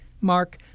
Mark